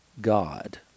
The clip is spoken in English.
God